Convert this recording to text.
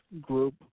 group